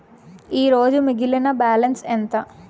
ఈరోజు మిగిలిన బ్యాలెన్స్ ఎంత?